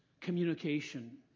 communication